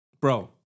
Bro